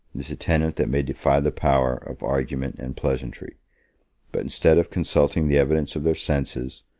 is a tenet that may defy the power of argument and pleasantry but instead of consulting the evidence of their senses,